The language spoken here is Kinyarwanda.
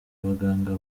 abaganga